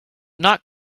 not